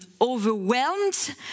overwhelmed